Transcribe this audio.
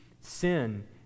sin